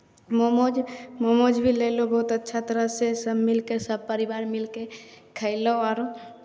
momos momos भी लेलहुँ बहुत अच्छा तरहसँ सभ मिलि कऽ सभ परिवार मिलि कऽ खयलहुँ आओर